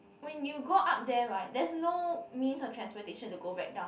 when you go up there right there is no means of transportation to go back down